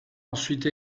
ensuite